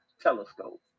telescope